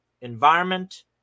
environment